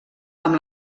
amb